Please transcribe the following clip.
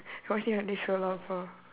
only Sherlock four